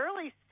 early